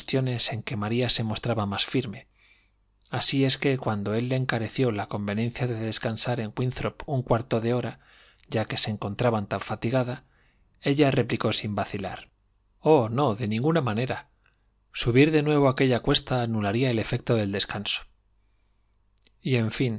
en que maría se mostraba más firme así es que cuando él le encareció la conveniencia de descansar en winthrop un cuarto de hora ya que se encontraba tan fatigada ella replicó sin vacilar oh no de ninguna manera subir de nuevo aquella cuesta anularía el efecto del descanso y en fin